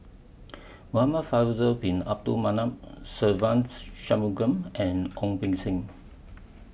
Muhamad Faisal Bin Abdul Manap Se Ve Shanmugam and Ong Beng Seng